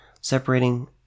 separating